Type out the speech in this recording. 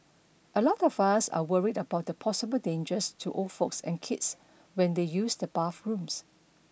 a lot of us are worried about the possible dangers to old folks and kids when they use the bathrooms